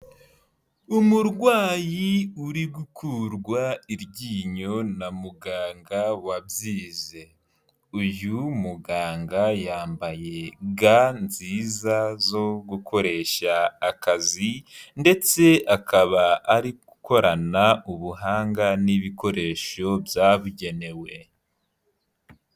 Umurwayi uri gukurwa iryinyo na muganga wabyize, uyu muganga yambaye ga nziza zo gukoresha akazi, ndetse akaba ari gukorana ubuhanga n'ibikoresho byabugenewe.